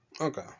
Okay